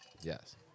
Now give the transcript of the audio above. Yes